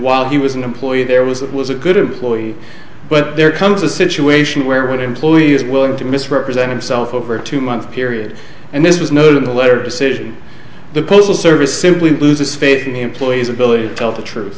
while he was an employee there was it was a good employee but there comes a situation where one employee is willing to misrepresent himself over two month period and this was noted in the letter decision the postal service simply loses faith in the employee's ability to tell the truth